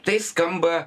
tai skamba